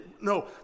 No